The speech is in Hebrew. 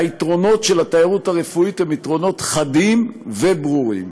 היתרונות של התיירות הרפואית הם חדים וברורים,